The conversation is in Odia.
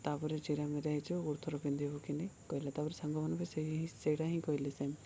ତା'ପରେ ଚିରାମିରା ହେଇଯିବ ଗୋଟେ ଥର ପିନ୍ଧୁବୁକି ନାହିଁ କହିଲେ ତା'ପରେ ସାଙ୍ଗମାନଙ୍କୁ ସେଇ ସେଇଟା ହିଁ କହିଲି ସେମ୍